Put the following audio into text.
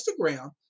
Instagram